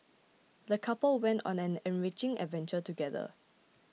the couple went on an enriching adventure together